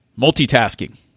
Multitasking